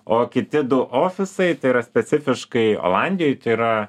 o kiti du ofisai tai yra specifiškai olandijoj tai yra